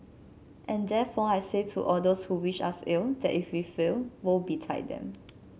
and therefore I say to all those who wish us ill that if we fail woe betide them